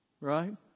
Right